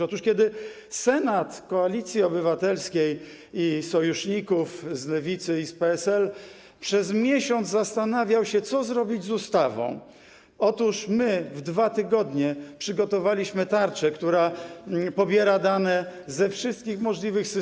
Otóż kiedy Senat Koalicji Obywatelskiej i sojuszników z Lewicy i z PSL przez miesiąc zastanawiał się, co zrobić z ustawą, my w 2 tygodnie przygotowaliśmy tarczę, która pobiera dane ze wszystkich możliwych systemów.